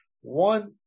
one